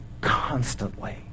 constantly